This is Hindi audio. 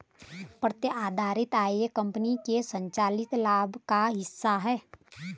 प्रतिधारित आय कंपनी के संचयी लाभ का हिस्सा है